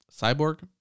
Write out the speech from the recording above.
Cyborg